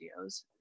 videos